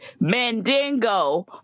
mandingo